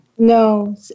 No